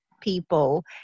people